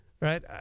right